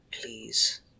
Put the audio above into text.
Please